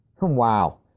Wow